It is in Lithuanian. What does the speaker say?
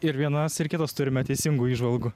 ir vienas ir kitas turime teisingų įžvalgų